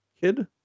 kid